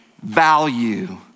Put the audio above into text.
value